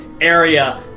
area